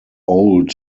old